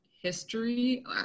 history